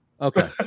Okay